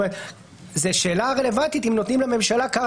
זו שאלה רלוונטית אם נותנים לממשלה כר